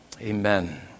Amen